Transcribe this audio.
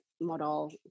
model